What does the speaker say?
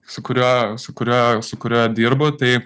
su kuriuo su kuriuo su kuriuo dirbu tai